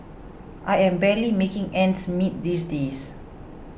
I'm barely making ends meet these days